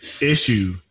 issue